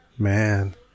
Man